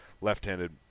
Left-handed